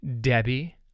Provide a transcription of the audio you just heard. Debbie